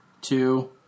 two